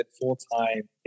full-time